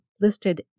listed